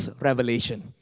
revelation